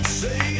say